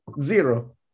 zero